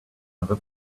other